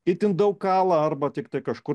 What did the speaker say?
itin daug kala arba tiktai kažkur